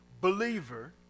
believer